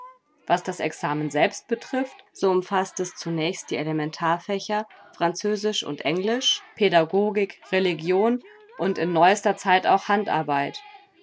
was das examen selbst betrifft so umfaßt es zunächst die elementarfächer französisch und englisch pädagogik religion und in neuester zeit auch handarbeit